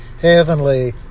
heavenly